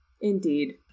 Indeed